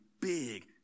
big